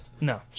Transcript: No